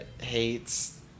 hates